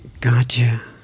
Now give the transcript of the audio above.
Gotcha